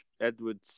Edward's